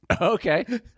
Okay